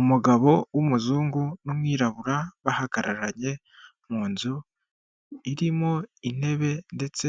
Umugabo w'umuzungu n'umwirabura bahagararanye mu nzu irimo intebe ndetse